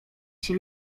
się